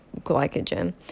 glycogen